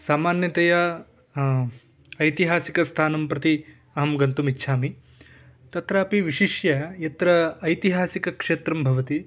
सामान्यतया ऐतिहासिकस्थानं प्रति अहं गन्तुम् इच्छामि तत्रापि विशिष्य यत्र ऐतिहासिकक्षेत्रं भवति